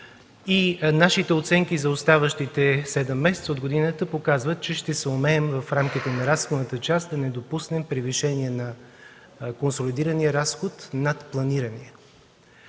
Нашите оценки за оставащите седем месеца от годината показват, че ще съумеем в рамките на разходната част да не допуснем превишение на консолидирания разход над планирания.